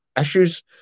issues